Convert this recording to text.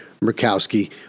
Murkowski